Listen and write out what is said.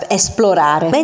esplorare